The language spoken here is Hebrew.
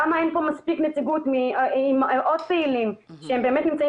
למה אין פה מספיק נציגוּת עם עוד פעילים שבאמת נמצאים